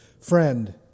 Friend